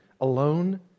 Alone